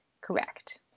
Correct